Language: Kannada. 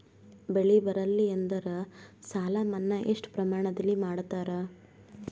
ಬೆಳಿ ಬರಲ್ಲಿ ಎಂದರ ಸಾಲ ಮನ್ನಾ ಎಷ್ಟು ಪ್ರಮಾಣದಲ್ಲಿ ಮಾಡತಾರ?